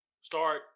Start